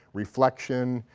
reflection,